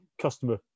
customer